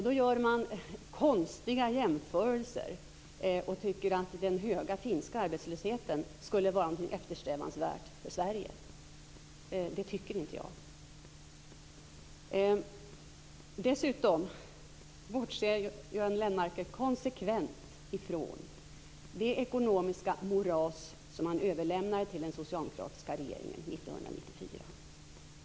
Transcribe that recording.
Man gör konstiga jämförelser och tycker att den höga finska arbetslösheten skulle vara någonting eftersträvansvärt för Sverige. Det tycker inte jag. Dessutom bortser Göran Lennmarker konsekvent ifrån det ekonomiska moras som han var med om att överlämna till den socialdemokratiska regeringen 1994.